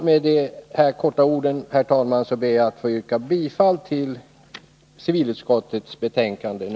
Med dessa ord ber jag att få yrka bifall till utskottets hemställan.